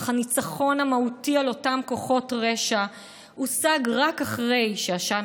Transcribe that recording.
אך הניצחון המהותי על אותם כוחות רשע הושג רק אחרי שעשן